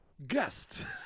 guest